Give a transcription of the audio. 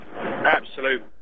Absolute